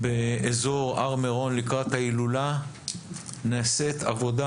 באזור הר מירון לקראת ההילולה נעשית עבודה